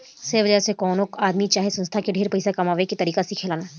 share बाजार से कवनो आदमी चाहे संस्था ढेर पइसा कमाए के तरीका सिखेलन